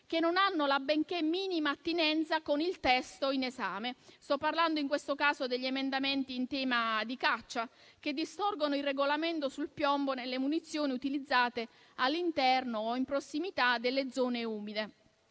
che non hanno la benché minima attinenza con il testo in esame. Sto parlando in questo caso degli emendamenti in tema di caccia che distorcono il regolamento sul piombo nelle munizioni utilizzate all'interno o in prossimità delle zone umide.